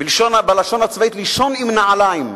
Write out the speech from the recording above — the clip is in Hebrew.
בלשון הצבאית, לישון עם נעליים,